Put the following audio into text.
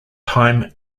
time